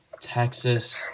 Texas –